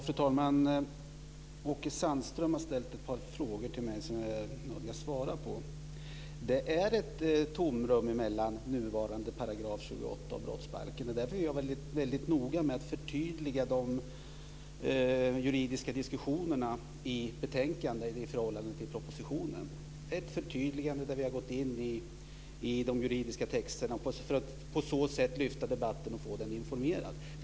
Fru talman! Åke Sandström har ställt ett par frågor till mig som jag nödgas svara på. Det är ett tomrum mellan nuvarande 28 § och brottsbalken. Det var därför som jag var väldigt noga med att förtydliga de juridiska diskussionerna i betänkandet i förhållande till propositionen. Det är ett förtydligande där vi har gått in i de juridiska texterna för att på så sätt lyfta debatten och få den informerad.